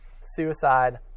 suicide